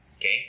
okay